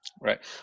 right